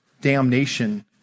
damnation